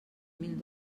mil